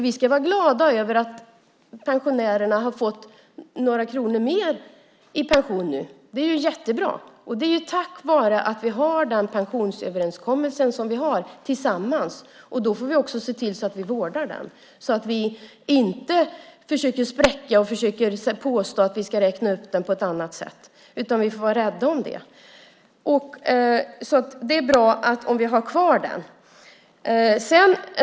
Vi ska vara glada över att pensionärerna nu fått några kronor mer i pension. Det är jättebra. Det har de fått tack vare att vi tillsammans har den pensionsöverenskommelse som vi har. Då får vi också se till att vårda den och inte försöka spräcka den och påstå att vi ska räkna på annat sätt. Det är alltså bra om vi har kvar den överenskommelsen.